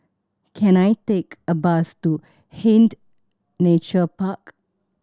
can I take a bus to Hind Nature Park